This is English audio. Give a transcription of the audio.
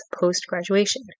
post-graduation